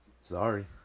Sorry